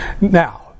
Now